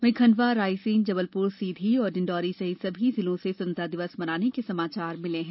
वहीं खंडवा रायसेन जबलपुर सीर्धी और डिण्डौरी सहित सभी जिलों से स्वतंत्रता दिवस मनाने के समाचार मिले हैं